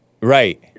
Right